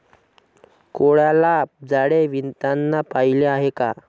कोळ्याला जाळे विणताना पाहिले आहे का?